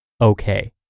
okay